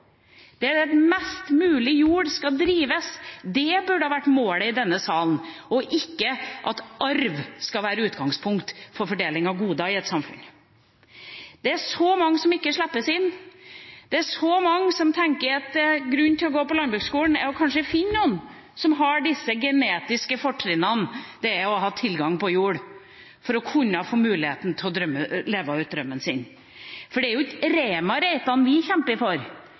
Det at mest mulig jord skal drives, burde vært målet i denne salen, ikke at arv skal være utgangspunkt for fordeling av goder i et samfunn. Det er så mange som ikke slippes inn. Det er så mange som tenker at grunnen til å gå på landbruksskole er kanskje å finne noen som har disse genetiske fortrinnene det er å ha tilgang på jord – for å kunne få muligheten til å leve ut drømmen sin. Det er ikke Rema-Reitan vi kjemper for,